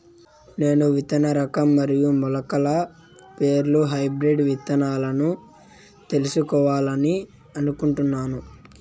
నేను విత్తన రకం మరియు మొలకల పేర్లు హైబ్రిడ్ విత్తనాలను తెలుసుకోవాలని అనుకుంటున్నాను?